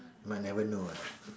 might never know ah